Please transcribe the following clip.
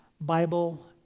Bible